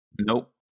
Nope